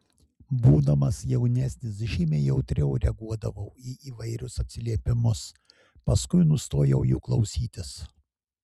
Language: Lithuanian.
būdamas jaunesnis žymiai jautriau reaguodavau į įvairius atsiliepimus paskui nustojau jų klausytis